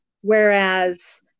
whereas